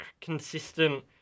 consistent